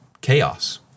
chaos